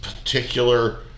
particular